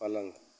पलंग